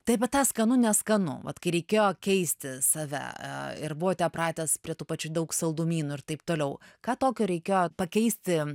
tai apie tą skanu neskanu vat kai reikėjo keisti save ir buvote pratęs prie tų pačių daug saldumynų ir taip toliau ką tokio reikėjo pakeisti